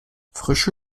frische